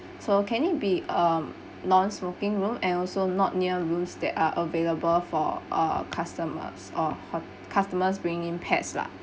so can it be a non-smoking room and also not near rooms that are available for uh customers or hot~ customers bringing pets lah